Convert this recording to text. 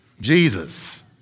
Jesus